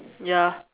ya